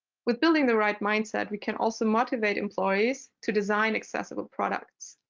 with building the right mindset, we can also motivate employees to design accessible products.